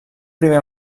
primer